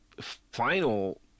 final